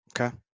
Okay